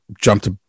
Jumped